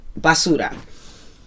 basura